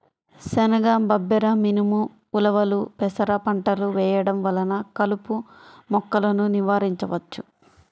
శనగ, బబ్బెర, మినుము, ఉలవలు, పెసర పంటలు వేయడం వలన కలుపు మొక్కలను నివారించవచ్చు